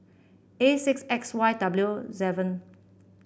A six X Y W seven